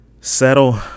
settle